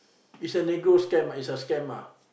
it's a negro scam ah it's a scam ah